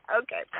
Okay